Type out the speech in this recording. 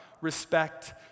respect